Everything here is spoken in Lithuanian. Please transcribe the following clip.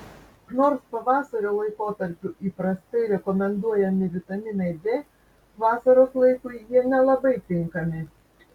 nors pavasario laikotarpiu įprastai rekomenduojami vitaminai d vasaros laikui jie nelabai tinkami